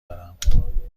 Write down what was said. دارم